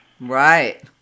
right